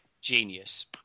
genius